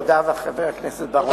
תודה, חבר הכנסת בר-און.